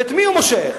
ואת מי הוא מושך?